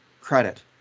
credit